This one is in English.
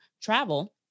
travel